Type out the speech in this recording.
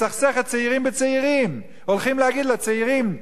מסכסכת צעירים בצעירים.